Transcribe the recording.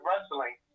wrestling